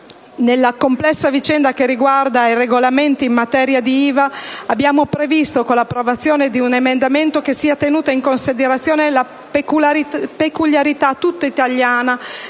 nella complessa vicenda che riguarda i regolamenti in materia di IVA, abbiamo previsto, con l'approvazione di un emendamento, che sia tenuta in considerazione la peculiarità, tutta italiana,